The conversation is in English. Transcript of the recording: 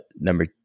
number